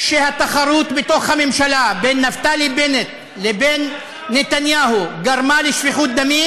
שהתחרות בתוך הממשלה בין נפתלי בנט לבין נתניהו גרמה לשפיכות דמים,